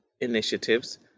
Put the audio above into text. initiatives